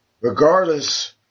Regardless